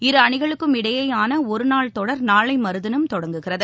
இரு அணிகளுக்கும் இடையேயான ஒருநாள் தொடர் நாளை மறுதினம் தொடங்குகிறது